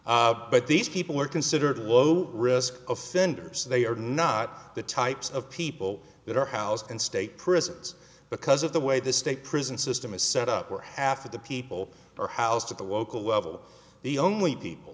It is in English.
but these people are considered low risk offenders they are not the types of people that are housed in state prisons because of the way the state prison system is set up where half of the people are housed at the local level the only people